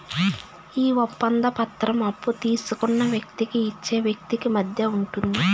ఈ ఒప్పంద పత్రం అప్పు తీసుకున్న వ్యక్తికి ఇచ్చే వ్యక్తికి మధ్య ఉంటుంది